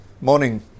morning